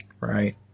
right